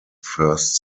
first